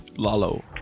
Lalo